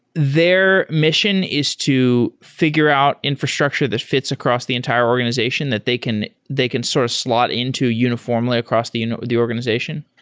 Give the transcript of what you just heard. their mission is to fi gure out infrastructure that fi ts across the entire organization that they can they can sort of slot into uniformly across the you know the organization?